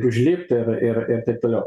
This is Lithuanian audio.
užlipti ir ir ir taip toliau